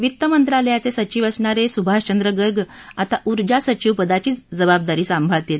वित्त मंत्रालयाचे सचिव असणारे सुभाषचंद्र गर्ग आता ऊर्जासचिवपदाची जबाबदारी सांभाळतील